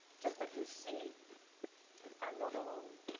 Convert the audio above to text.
just that you see i am not alone.